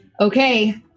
Okay